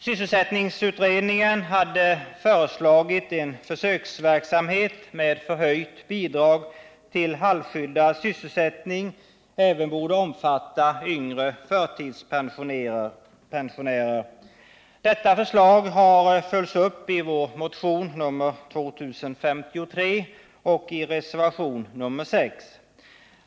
Sysselsättningsutredningen hade föreslagit att försöksverksamheten med förhöjt bidrag till halvskyddad sysselsättning även skulle omfatta yngre förtidspensionärer. Detta förslag har följts upp i vår motion nr 2053 och i reservation nr 6.